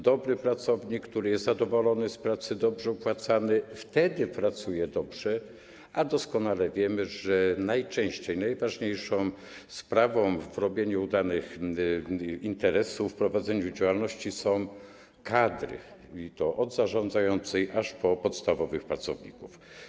Dobry pracownik, który jest zadowolony z pracy, dobrze opłacany, dobrze pracuje, a doskonale wiemy, że najczęściej najważniejszą sprawą w robieniu udanych interesów, w prowadzeniu działalności są kadry, od kadry zarządzającej po podstawowych pracowników.